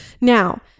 Now